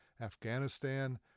Afghanistan